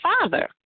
father